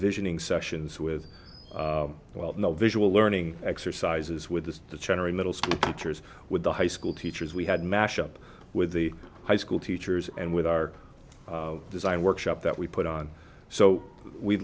visioning sessions with well no visual learning exercises with the general middle school teachers with the high school teachers we had mash up with the high school teachers and with our design workshop that we put on so we